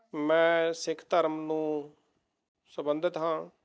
ਮੈਂ ਸਿੱਖ ਧਰਮ ਨੂੰ ਸਬੰਧਿਤ ਹਾਂ